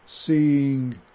seeing